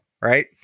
right